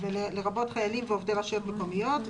לרבות חיילים ועובדי רשויות מקומיות.